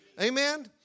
Amen